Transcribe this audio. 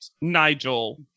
nigel